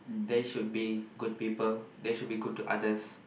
they should be good people they should be good to others